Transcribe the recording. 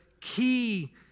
key